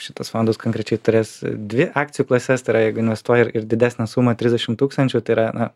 šitas fondas konkrečiai turės dvi akcijų klases tai yra jeigu investuoji ir ir didesnę sumą trisdešimt tūkstančių tai yra na